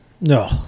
No